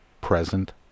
present